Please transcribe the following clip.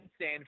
San